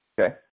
Okay